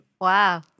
Wow